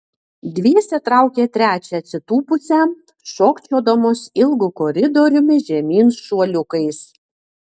dviese traukė trečią atsitūpusią šokčiodamos ilgu koridoriumi žemyn šuoliukais